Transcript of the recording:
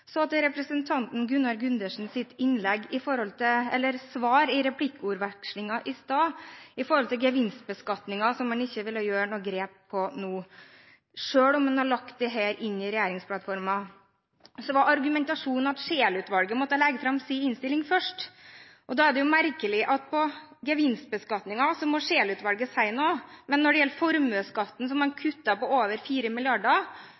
Så til representanten Gunnar Gundersens svar i replikkordvekslingen i stad, om gevinstbeskatningen, der han ikke ville gjøre noe grep nå, selv om man har lagt dette inn i regjeringsplattformen. Argumentasjonen var at Scheel-utvalget måtte legge fram sin innstilling først. Det er jo merkelig at når det gjelder gevinstbeskatningen, må Scheel-utvalget si noe, men når det gjelder formuesskatten, som man